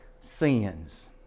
sins